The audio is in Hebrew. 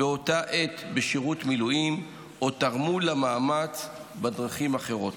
באותה העת בשירות מילואים או תרמו למאמץ בדרכים אחרות.